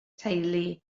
teulu